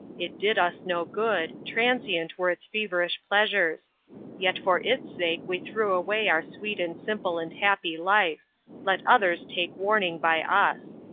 it did us no good, transient were its feverish pleasures yet for its sake we threw away our sweet and simple and happy life let others take warning by us.